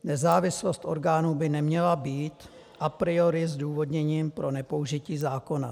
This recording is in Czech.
Nezávislost orgánů by neměla být a priori zdůvodněním pro nepoužití zákona.